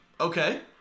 Okay